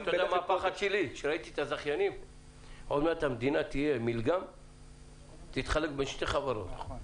הפחד שלי הוא שעוד מעט המדינה תתחלק בין חברות של זכיינים.